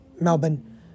Melbourne